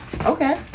okay